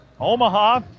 Omaha